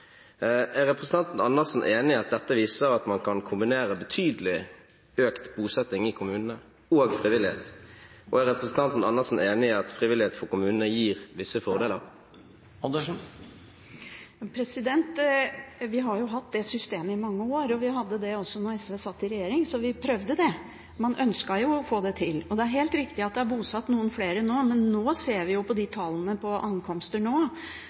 representanten Andersen enig i at dette viser at man kan kombinere betydelig økt bosetting i kommunene og frivillighet, og er representanten Andersen enig i at frivillighet for kommunene gir visse fordeler? Vi har hatt det systemet i mange år. Vi hadde det også da SV satt i regjering, så vi prøvde det, og man ønsket å få det til. Det er helt riktig at det er bosatt noen flere nå, men ser vi på tallene for ankomster nå, ser vi at behovet vil være langt over det. Man har ikke fått ned antallet som bor på